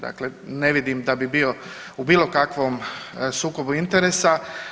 Dakle, ne vidim da bi bio u bilo kakvom sukobu interesu.